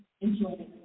Enjoy